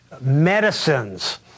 medicines